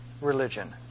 religion